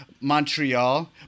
montreal